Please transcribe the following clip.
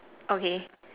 okay